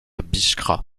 biskra